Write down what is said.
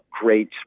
great